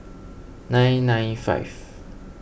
nine nine five